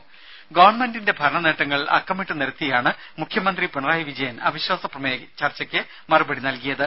ദേദ ഗവൺമെന്റിന്റെ ഭരണനേട്ടങ്ങൾ അക്കമിട്ട് നിരത്തിയാണ് മുഖ്യമന്ത്രി പിണറായി വിജയൻ അവിശ്വാസ പ്രമേയ ചർച്ചയക്ക് മറുപടി നൽകിയത്